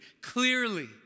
clearly